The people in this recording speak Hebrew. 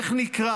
איך נקרא,